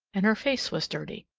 and her face was dirty.